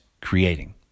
creating